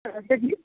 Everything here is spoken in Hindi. कहे से कि